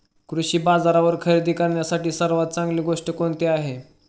कृषी बाजारावर खरेदी करण्यासाठी सर्वात चांगली गोष्ट कोणती आहे?